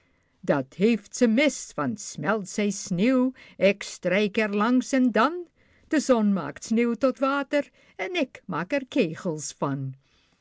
dat heeft zij mis want smelt zij sneeuw ik strijk er langs en dan de zon maakt sneeuw tot water en ik maak er kegels van